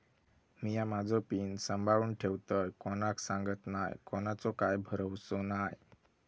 मिया माझो पिन सांभाळुन ठेवतय कोणाक सांगत नाय कोणाचो काय भरवसो नाय